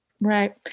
Right